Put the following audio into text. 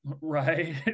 Right